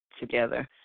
together